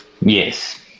Yes